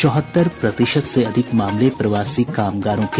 चौहत्तर प्रतिशत से अधिक मामले प्रवासी कामगारों के